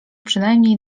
przynajmniej